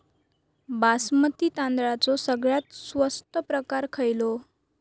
बासमती तांदळाचो सगळ्यात स्वस्त प्रकार खयलो?